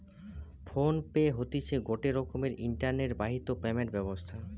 phone pay হতিছে গটে রকমের ইন্টারনেট বাহিত পেমেন্ট ব্যবস্থা